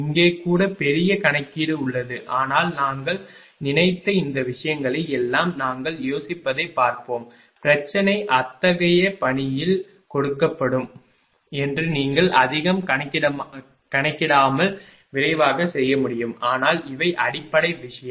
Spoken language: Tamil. இங்கே கூட பெரிய கணக்கீடு உள்ளது ஆனால் நாங்கள் நினைத்த இந்த விஷயங்களை எல்லாம் நாங்கள் யோசிப்பதைப் பார்ப்போம் பிரச்சனை அத்தகைய பாணியில் கொடுக்கப்படும் என்று நீங்கள் அதிகம் கணக்கிடாமல் விரைவாகச் செய்ய முடியும் ஆனால் இவை அடிப்படை விஷயம்